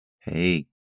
Hey